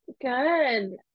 Good